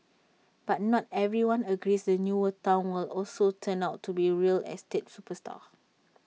but not everyone agrees the newer Town will also turn out to be A real estate superstar